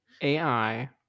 AI